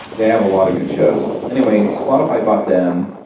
they have a lot of good shows. anyway, spotify bought them,